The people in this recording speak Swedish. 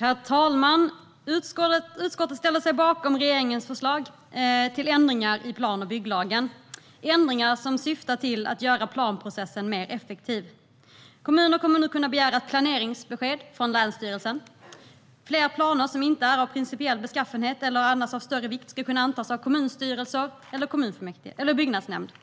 Herr talman! Utskottet ställer sig bakom regeringens förslag till ändringar i plan och bygglagen. Det är ändringar som syftar till att göra planprocessen mer effektiv. Kommuner kommer nu att kunna begära ett planeringsbesked från länsstyrelsen. Fler planer som inte är av principiell beskaffenhet eller annars av större vikt ska kunna antas av kommunstyrelsen eller byggnadsnämnden.